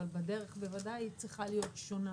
אבל בדרך בוודאי היא צריכה להיות שונה.